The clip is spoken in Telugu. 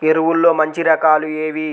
ఎరువుల్లో మంచి రకాలు ఏవి?